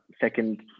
second